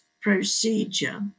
procedure